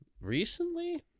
Recently